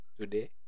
today